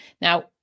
Now